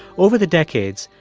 over the decades,